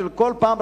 כל פעם,